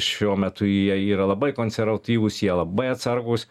šiuo metu jie yra labai konservatyvūs jie labai atsargūs